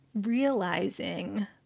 realizing